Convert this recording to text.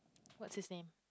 what's his name